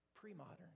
Pre-modern